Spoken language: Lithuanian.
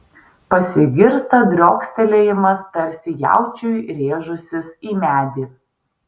pasigirsta driokstelėjimas tarsi jaučiui rėžusis į medį